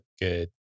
good